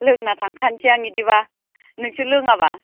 लोंना थांखासै आं बिदिबा नोंसोर लोङाबा